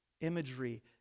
imagery